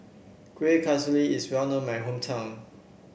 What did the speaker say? Kuih Kasturi is well known in my hometown